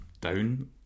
down